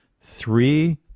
three